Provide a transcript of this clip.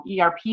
ERP